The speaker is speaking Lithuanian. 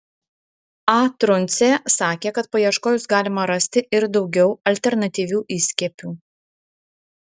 a truncė sakė kad paieškojus galima rasti ir daugiau alternatyvių įskiepių